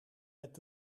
met